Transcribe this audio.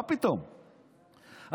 מה פתאום,